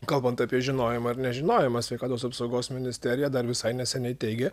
kalbant apie žinojimą ir nežinojimą sveikatos apsaugos ministerija dar visai neseniai teigė